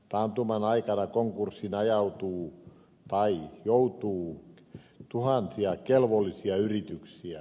taantuman aikana konkurssiin ajautuu tai joutuu tuhansia kelvollisia yrityksiä